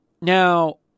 Now